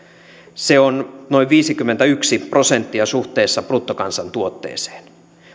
se on noin viisikymmentäyksi prosenttia suhteessa bruttokansantuotteeseen